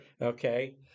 Okay